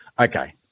Okay